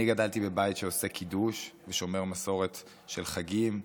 אני גדלתי בבית שעושה קידוש ושומר מסורת של חגים,